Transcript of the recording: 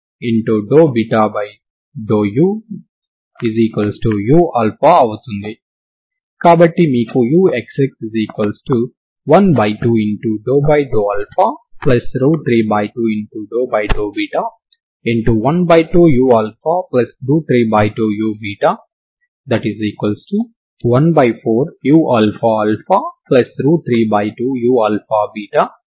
కాబట్టి మీకు uxx12∂α32∂β12u32u14uαα32uαβ34uββ ఉంది